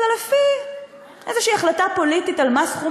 אלא לפי איזושהי החלטה פוליטית על מה סכום